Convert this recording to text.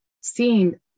seeing